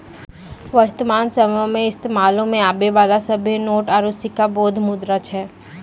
वर्तमान समयो मे इस्तेमालो मे आबै बाला सभ्भे नोट आरू सिक्का बैध मुद्रा छै